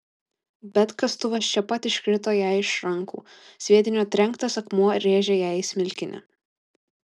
bet kastuvas čia pat iškrito jai iš rankų sviedinio trenktas akmuo rėžė jai į smilkinį